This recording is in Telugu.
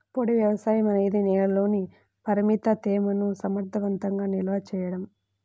పొడి వ్యవసాయం అనేది నేలలోని పరిమిత తేమను సమర్థవంతంగా నిల్వ చేయడం